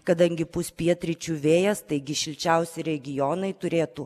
kadangi pūs pietryčių vėjas taigi šilčiausi regionai turėtų